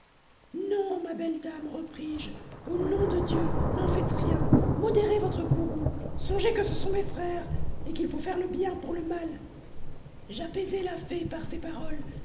non ma belle dame repris-je au nom de dieu n'en faites rien modérez votre courroux songez que ce sont mes frères et qu'il faut faire le bien pour le mal j'apaisai la fée par ces paroles